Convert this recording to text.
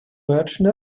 merchant